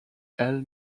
elle